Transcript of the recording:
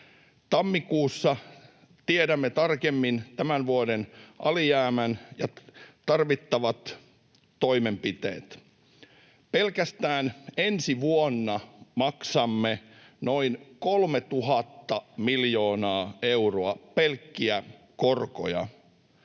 Tammikuussa tiedämme tarkemmin tämän vuoden alijäämän ja tarvittavat toimenpiteet. Pelkästään ensi vuonna maksamme noin 3 000 miljoonaa euroa pelkkiä korkoja,